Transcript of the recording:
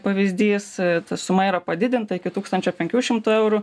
pavyzdys ta suma yra padidinta iki tūkstančio penkių šimtų eurų